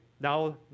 now